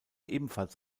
ebenfalls